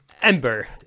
Ember